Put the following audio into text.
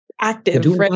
Active